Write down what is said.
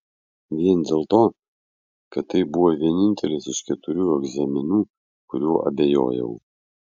vien dėl to kad tai buvo vienintelis iš keturių egzaminų kuriuo abejojau